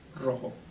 Rojo